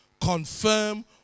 confirm